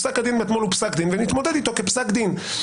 פסק הדין מאתמול הוא פסק דין ונתמודד איתו כפסק דין.